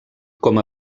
com